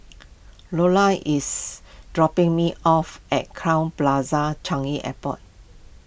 Lolla is dropping me off at Crowne Plaza Changi Airport